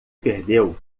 perdeu